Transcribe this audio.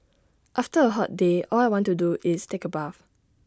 after A hot day all I want to do is take A bath